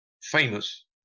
famous